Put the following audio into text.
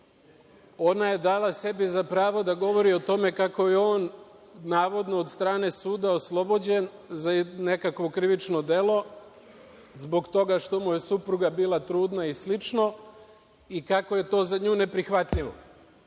SRS.Ona je dala sebi za pravo da govori o tome kako je on navodno od strane suda oslobođen za nekakvo krivično delo zbog toga što mu je supruga bila trudna i slično i kako je to za nju neprihvatljivo.